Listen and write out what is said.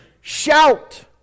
Shout